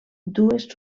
dues